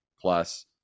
plus